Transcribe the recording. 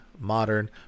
modern